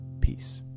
Peace